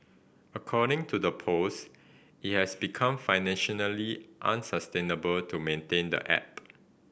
according to the post it has become financially unsustainable to maintain the app